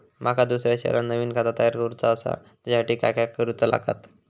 माका दुसऱ्या शहरात नवीन खाता तयार करूचा असा त्याच्यासाठी काय काय करू चा लागात?